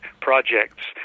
projects